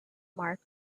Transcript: mark